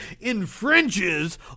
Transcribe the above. infringes